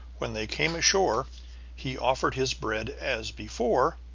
when they came ashore he offered his bread as before,